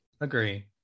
Agree